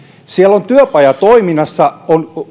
siellä on työpajatoiminnassa